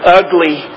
ugly